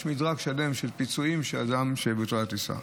יש מדרג שלם של פיצויים לאדם שבוטלה לו הטיסה.